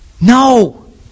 No